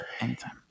anytime